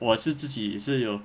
我是自己也是有